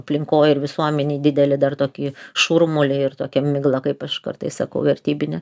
aplinkoj ir visuomenėj didelį dar tokį šurmulį ir tokią miglą kaip aš kartais sakau vertybinę